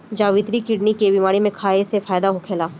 जावित्री किडनी के बेमारी में खाए से फायदा होखेला